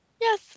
yes